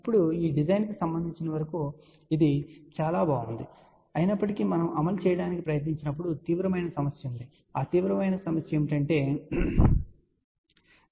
ఇప్పుడు డిజైన్కు సంబంధించినంతవరకు ఇది చాలా బాగుంది అయినప్పటికీ మనము అమలు చేయడానికి ప్రయత్నించినప్పుడు తీవ్రమైన సమస్య ఉంది మరియు ఆ తీవ్రమైన సమస్య ఏమిటంటే తీవ్రమైన సమస్య సరే